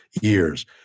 years